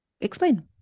explain